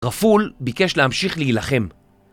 רפול ביקש להמשיך להילחם